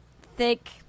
thick